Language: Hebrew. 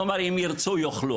והוא אמר: "אם ירצו יאכלו.